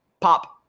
pop